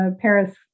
Paris